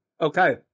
Okay